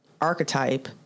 archetype